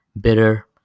bitter